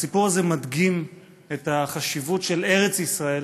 הסיפור הזה מדגים את החשיבות של ארץ ישראל